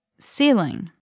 Ceiling